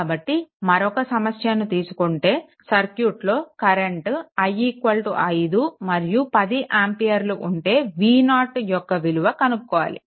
కాబట్టి మరొక సమస్యను తీసుకుంటే సర్క్యూట్లో కరెంట్ i 5 మరియు 10 ఆంపియర్లు ఉంటే v0 యొక్క విలువ కనుక్కోవాలి